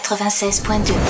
96.2